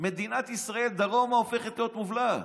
מדינת ישראל דרומה הופכת להיות מובלעת.